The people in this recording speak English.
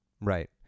Right